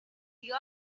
dio